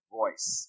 voice